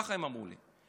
ככה הם אמרו לי,